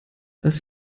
als